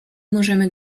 możemy